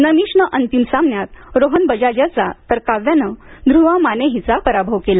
नमिष ने अंतिम सामन्यात रोहन बजाज याचा तर काव्याने ध्रुवा माने हिचा पराभव केला